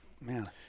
man